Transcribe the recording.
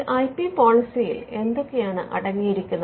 ഒരു I P പോളിസിയിൽ എന്തൊക്കെയാണ് അടങ്ങിയിരിക്കുന്നത്